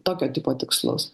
tokio tipo tikslus